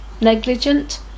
Negligent